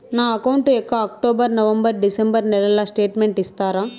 నా అకౌంట్ యొక్క October, November, December నెలల స్టేట్మెంట్ ఇస్తారా?